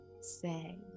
say